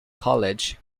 college